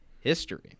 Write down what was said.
history